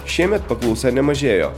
šiemet paklausa nemažėjo